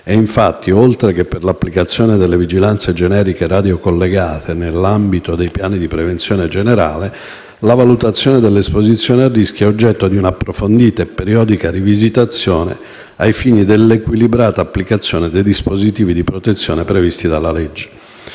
E infatti, oltre che per l'applicazione delle vigilanze generiche radiocollegate nell'ambito dei piani di prevenzione generale, la valutazione dell'esposizione a rischio è oggetto di un'approfondita e periodica rivisitazione, ai fini dell'equilibrata applicazione dei dispositivi di protezione previsti dalla legge.